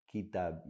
Kitab